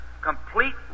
complete